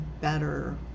better